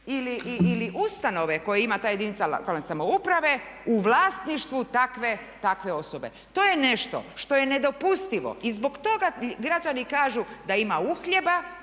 ili ustanove koju ima ta jedinica lokalne samouprave u vlasništvu takve osobe. To je nešto što je nedopustivo. I zbog toga građani kažu da ima uhljeba